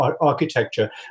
architecture